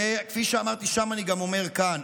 כפי שאמרתי שם אני גם אומר כאן: